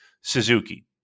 Suzuki